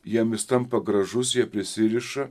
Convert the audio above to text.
jiem jis tampa gražus jie prisiriša